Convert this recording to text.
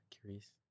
Curious